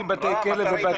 בתי כליאה.